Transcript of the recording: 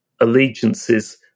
allegiances